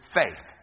faith